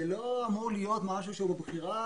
זה לא אמור להיות משהו שהוא בבחירה.